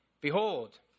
Behold